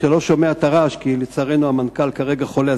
ואתה לא שומע את הרעש כי לצערנו המנכ"ל כרגע חולה,